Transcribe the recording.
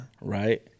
Right